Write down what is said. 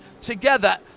together